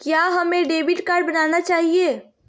क्या हमें debit card बनाना चाहिए?